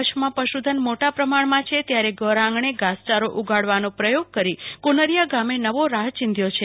કચ્છમાં પશુધન મોટા પ્રમાણમાં છે ત્યારે ઘરઆંગણે ઘાસચારો ઉગાડવાનો પ્રયોગ કરી કુનરિયા ગામે નવો રાહ ચીંધ્યો છે